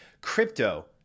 crypto